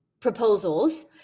proposals